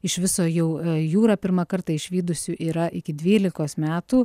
iš viso jau jūrą pirmą kartą išvydusių yra iki dvylikos metų